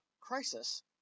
crisis